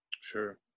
sure